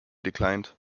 declined